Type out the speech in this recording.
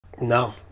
No